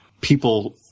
people